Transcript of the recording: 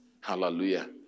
Hallelujah